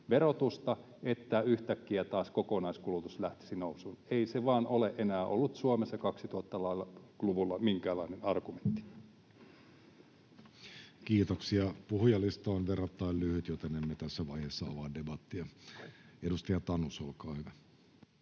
verotusta, niin yhtäkkiä taas kokonaiskulutus lähtisi nousuun. Ei se vaan ole enää ollut Suomessa 2000-luvulla minkäänlainen argumentti. Kiitoksia. — Puhujalista on verrattain lyhyt, joten emme tässä vaiheessa avaa debattia. — Edustaja Tanus, olkaa hyvä.